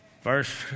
First